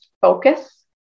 focus